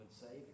savior